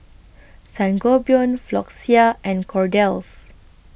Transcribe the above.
Sangobion Floxia and Kordel's